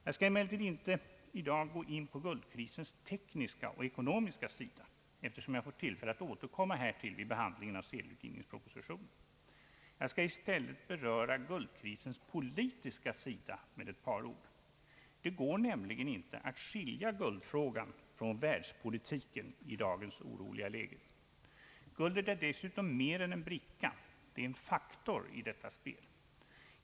Jag skall emellertid inte i dag gå in på guldkrisens tekniska och ekonomiska sida eftersom jag får tillfälle att återkomma härtill vid behandlingen av sedelutgivningspropositionen, Jag skall i stället beröra guldkrisens politiska sida med ett par ord. Det går nämligen inte att skilja guldfrågan från världspolitiken i dagens oroliga läge. Guldet är dessutom mer än en bricka, det är en faktor i detta spel.